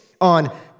on